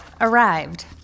arrived